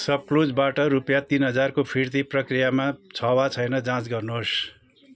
सपक्लुजबाट रुपियाँ तिन हजारको फिर्ती प्रक्रियामा छ वा छैन जाँच गर्नुहोस्